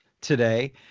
today